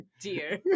dear